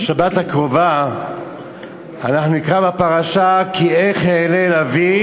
בשבת הקרובה נקרא בפרשה "כי איך אעלה אל אבי